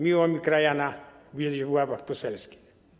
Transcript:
Miło mi krajana widzieć w ławach poselskich.